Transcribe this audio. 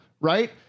right